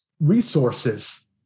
resources